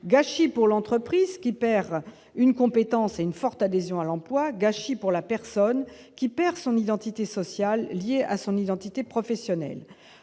gâchis pour l'entreprise qui perd une compétence et une forte adhésion à l'emploi gâchis pour la personne qui perd son identité sociale liée à son identité professionnelle,